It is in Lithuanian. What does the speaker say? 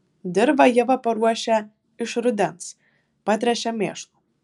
dirvą ieva paruošia iš rudens patręšia mėšlu